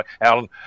Alan